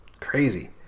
crazy